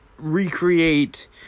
recreate